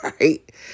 right